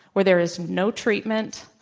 where there is no treatment,